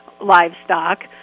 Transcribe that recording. livestock